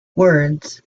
words